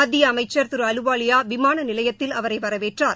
மத்திய அமைச்சர் திரு அலுவாலியா விமான நிலையத்தில் அவரை வரவேற்றார்